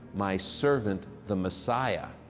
my servant, the messiah.